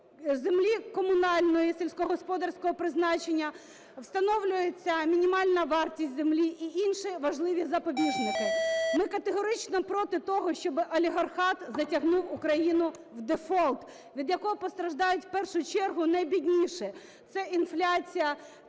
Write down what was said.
землі комунальної, сільськогосподарського призначення, встановлюється мінімальна вартість землі і інші важливі запобіжники. Ми категорично проти того, щоб олігархат затягнув Україну в дефолт, від якого постраждають в першу чергу найбідніші. Це інфляція,